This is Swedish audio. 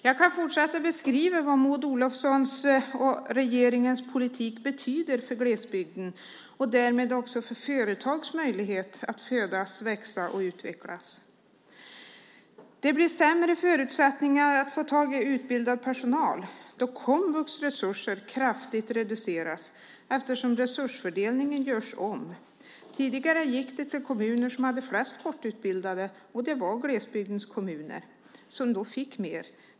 Jag kan fortsätta att beskriva vad Maud Olofssons och regeringens politik betyder för glesbygden och därmed också för företags möjligheter att födas, växa och utvecklas. Det blir sämre förutsättningar att få tag i utbildad personal då komvux resurser kraftigt reduceras eftersom resursfördelningen görs om. Tidigare gick de till kommuner som hade flest kortutbildade, och det var glesbygdens kommuner som då fick mer.